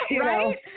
right